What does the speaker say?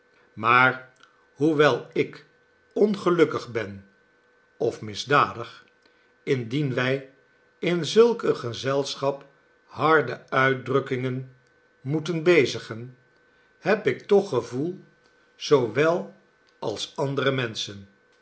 maar hoewel ik ongelukkig ben of misdadig indien wij in zulk een gezelschap harde uitdrukkingen moeten bezigen heb ik toch gevoel zoowel als andere menschen